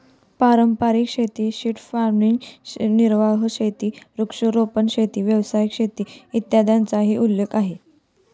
पारंपारिक शेती, shift farming, निर्वाह शेती, वृक्षारोपण शेती, व्यावसायिक शेती, इत्यादींचाही उल्लेख आहे